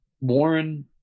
Warren